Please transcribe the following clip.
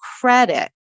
credit